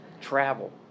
Travel